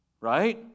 right